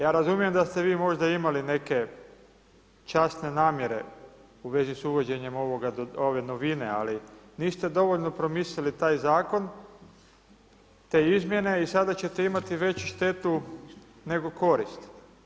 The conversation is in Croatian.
Ja razumijem da ste vi možda imali neke časne namjere u vezi s uvođenjem ove novine ali niste dovoljno promislili taj zakon, te izmjene i sada ćete imati veću štetu nego korist.